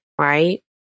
right